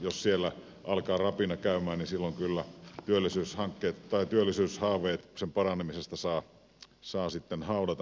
jos siellä alkaa rapina käymään silloin kyllä haaveet työllisyyden paranemisesta saa sitten haudata myöskin